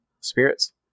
spirits